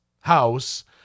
house